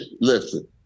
listen